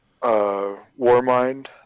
Warmind